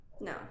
No